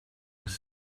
was